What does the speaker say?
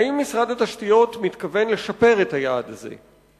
האם משרד התשתיות מתכוון לשפר את היעד הזה?